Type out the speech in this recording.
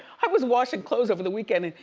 i was washing clothes over the weekend, and